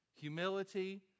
humility